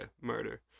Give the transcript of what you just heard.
Murder